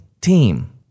team